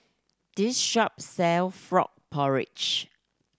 this shop sell frog porridge